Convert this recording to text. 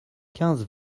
quinze